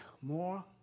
more